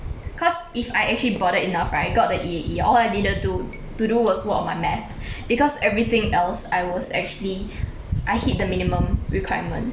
cause if I actually bothered enough right got the E_A_E all I needed to to do was work on my math because everything else I was actually I hit the minimum requirement